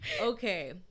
Okay